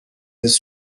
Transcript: his